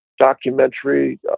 documentary